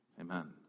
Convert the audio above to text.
Amen